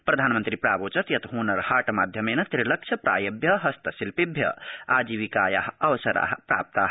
प्रधानमन्त्री प्रावोचत् यत् हनर हा माध्यमेन त्रिलक्ष प्रायेभ्य हस्तशिल्पिभ्य आजीविकाया अवसरा प्राप्ता